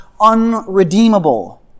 unredeemable